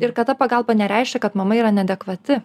ir kad ta pagalba nereiškia kad mama yra neadekvati